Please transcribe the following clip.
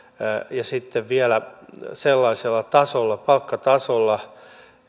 ja sitten vielä sellaisella palkkatasolla